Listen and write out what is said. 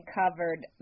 covered